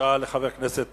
תודה לחבר הכנסת